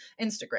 Instagram